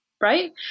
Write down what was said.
right